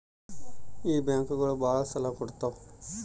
ಈ ಬ್ಯಾಂಕುಗಳು ಭಾಳ ಸಾಲ ಕೊಡ್ತಾವ